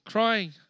Crying